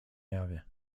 jawie